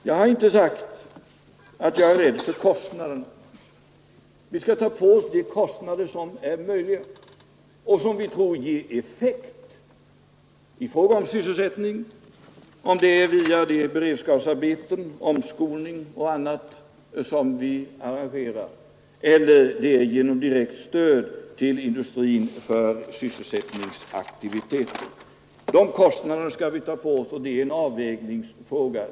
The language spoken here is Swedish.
Jag har inte sagt att jag är rädd för kostnaderna. Vi skall ta på oss de kostnader som är möjliga att bära och som vi tror ger effekt i fråga om sysselsättning, vare sig detta sedan skall ske via beredskapsarbeten, omskolning och annat som vi arrangerar eller genom direkt stöd till industrin för sysselsättningsaktiviteter. Dessa kostnader skall vi ta på oss och det är en avvägningsfråga.